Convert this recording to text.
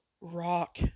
Rock